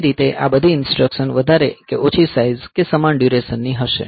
તે રીતે આ બધી ઈન્સ્ટ્રકશન વધારે કે ઓછી સાઈઝ કે સમાન ડયુરેશન ની હશે